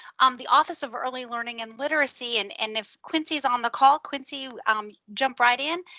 um the office of early learning and literacy, and and if quincie's on the call, quincie um jump right in,